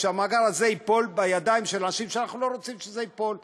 שהמאגר הזה ייפול לידיים של אנשים שאנחנו לא רוצים שזה ייפול לידיהם.